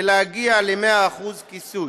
ולהגיע ל-100% כיסוי.